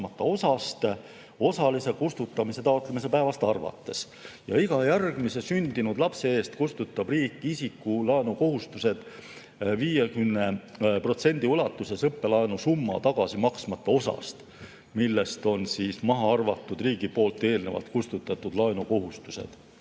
osast osalise kustutamise taotlemise päevast arvates. Iga järgmise sündinud lapse eest kustutab riik isiku laenukohustused 50% ulatuses õppelaenu summa tagasimaksmata osast, millest on maha arvatud riigi poolt eelnevalt kustutatud laenukohustused.